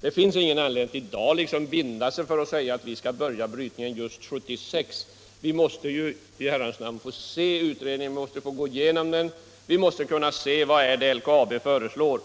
Men det finns ingen anledning att i dag binda sig och säga att vi skall börja brytningen just 1976. Vi måste ju i Herrans namn först få gå igenom vad utredningen har kommit fram till och veta vad det är som LKAB föreslår.